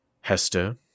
Hester